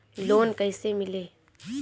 Loan कइसे मिली?